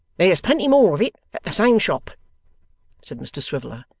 there's plenty more of it at the same shop said mr swiveller,